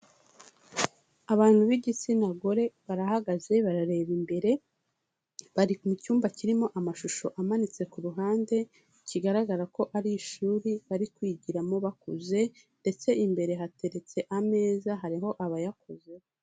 Abantu b'igitsina gore barahagaze barareba imbere, bari mu cyumba kirimo amashusho amanitse ku ruhande kigaragara ko ari ishuri bari kwiyigiramo bakuze ndetse imbere hateretse ameza hariho abayakozeho.